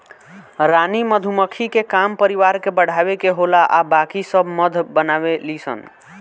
रानी मधुमक्खी के काम परिवार के बढ़ावे के होला आ बाकी सब मध बनावे ली सन